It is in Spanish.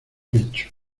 pecho